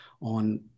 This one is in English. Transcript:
on